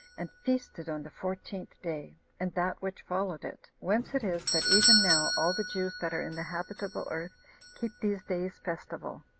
and feasted on the fourteenth day, and that which followed it whence it is that even now all the jews that are in the habitable earth keep these days festival,